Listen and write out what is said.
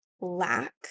lack